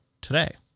today